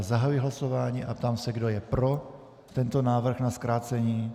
Zahajuji hlasování a ptám se, kdo je pro tento návrh na zkrácení.